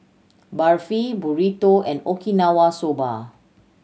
Barfi Burrito and Okinawa Soba